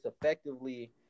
effectively